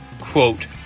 quote